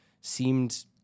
seemed